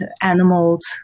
animals